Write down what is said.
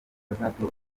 hazatorwa